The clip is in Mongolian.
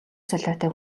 солиотой